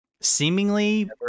seemingly